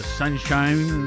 sunshine